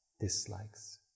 dislikes